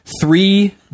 three